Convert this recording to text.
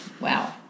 Wow